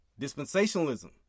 dispensationalism